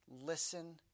Listen